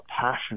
passion